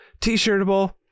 t-shirtable